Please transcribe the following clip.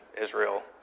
Israel